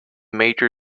major